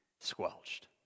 squelched